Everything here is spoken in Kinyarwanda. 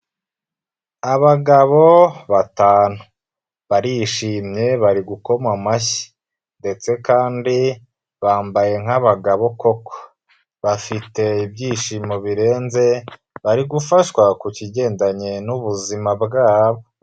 Abagabo batanu, barishimye bari gukoma amashyi ndetse kandi bambaye nk'abagabo koko bafite ibyishimo birenze, bari gufashwa ku kigendanye n'ubuzima bwabo.